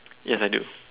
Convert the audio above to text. yes I do